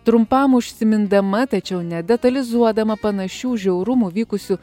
trumpam užsimindama tačiau nedetalizuodama panašių žiaurumų vykusių